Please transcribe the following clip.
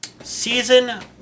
Season